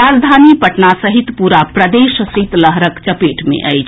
राजधानी पटना सहित पूरा प्रदेश शीतलहरक चपेट मे अछि